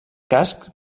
cascs